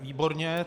Výborně.